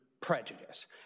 prejudice